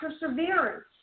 perseverance